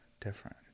different